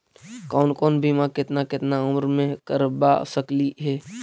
कौन कौन बिमा केतना केतना उम्र मे करबा सकली हे?